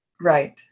Right